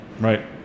Right